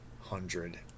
hundred